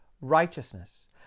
righteousness